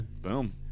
Boom